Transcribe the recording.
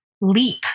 leap